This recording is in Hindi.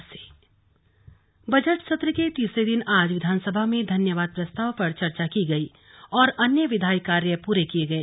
धन्यवाद प्रस्ताव बजट सत्र के तीसरे दिन आज विधानसभा में धन्यवाद प्रस्ताव पर चर्चा की गई और अन्य विधायी कार्य प्रे किये गए